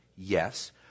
Yes